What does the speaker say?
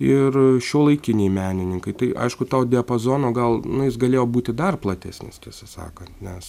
ir šiuolaikiniai menininkai tai aišku to diapazono gal nu jis galėjo būti dar platesnis tiesą sakant nes